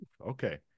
Okay